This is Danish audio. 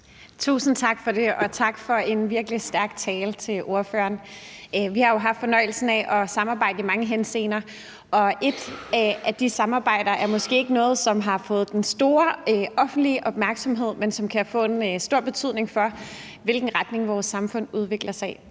Tusind tak for det. Og tak til ordføreren for en virkelig stærk tale. Vi har jo haft fornøjelsen af at samarbejde i mange henseender, og et af de samarbejder har måske ikke fået den store offentlige opmærksomhed, men det kan få en stor betydning for, i hvilken retning vores samfund udvikler sig.